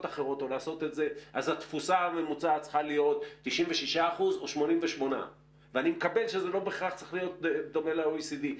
אחרות אז התפוסה הממוצעת צריכה להיות 96% או 88%. ואני מקבל שזה לא בהכרח צריך להיות דומה ל-OECD,